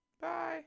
Bye